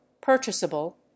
purchasable